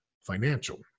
financial